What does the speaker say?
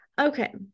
okay